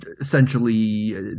essentially